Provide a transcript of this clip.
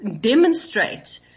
demonstrate